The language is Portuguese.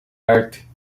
arte